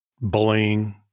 bullying